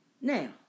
Now